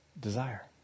desire